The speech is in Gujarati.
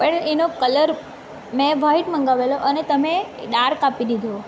પણ એનો કલર મેં વાઇટ મંગાવેલો અને તમે ડાર્ક આપી દીધો